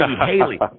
Haley